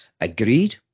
agreed